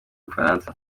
bufaransa